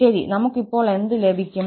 ശരി നമുക്ക് ഇപ്പോൾ എന്ത് ലഭിക്കും